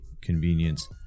convenience